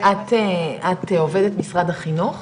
את עובדת משרד החינוך?